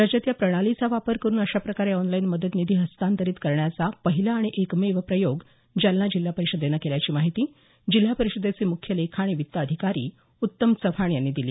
राज्यात या प्रणालीचा वापर करून अशा प्रकारे ऑनलाईन मदत निधी हस्तांतरित करण्याचा पहिला आणि एकमेव प्रयोग जालना जिल्हा परिषदेनं केल्याची माहिती जिल्हा परिषदेचे मुख्य लेखा आणि वित्त अधिकारी उत्तम चव्हाण यांनी दिली